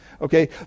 Okay